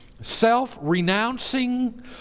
self-renouncing